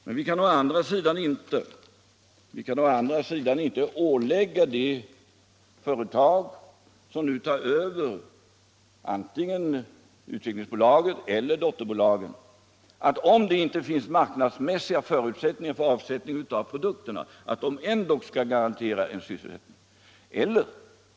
Men vi kan å andra sidan inte ålägga det företag som nu tar över antingen Utvecklingsaktiebolaget eller dotterbolagen att, om det inte finns marknadsmässiga förutsättningar för avsättning av produkterna, ändå garantera sysselsättningen.